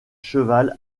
cheval